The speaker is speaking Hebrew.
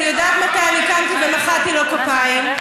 אני יודעת מתי אני קמתי ומחאתי לו כפיים.